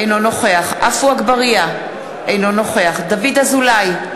אינו נוכח עפו אגבאריה, אינו נוכח דוד אזולאי,